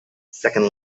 second